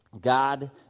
God